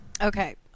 Okay